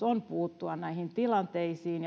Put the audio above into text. on puuttua näihin tilanteisiin